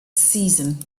season